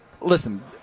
Listen